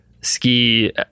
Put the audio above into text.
ski